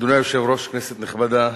אדוני היושב-ראש, כנסת נכבדה,